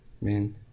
Man